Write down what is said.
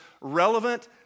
relevant